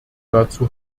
dazu